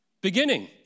Beginning